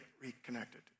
reconnected